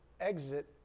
exit